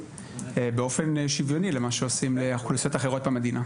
באופן שוויוני למה שעושים לאוכלוסיות אחרות במדינה.